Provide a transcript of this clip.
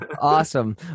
Awesome